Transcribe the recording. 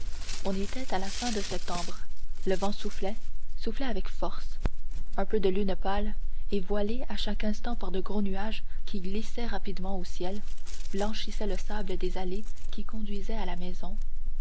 on était à la fin de septembre le vent soufflait avec force un peu de lune pâle et voilée à chaque instant par de gros nuages qui glissaient rapidement au ciel blanchissait le sable des allées qui conduisaient à la maison